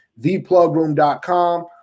theplugroom.com